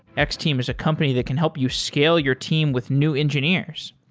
x-team is a company that can help you scale your team with new engineers.